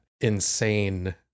insane